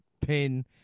pin